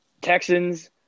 Texans